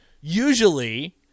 usually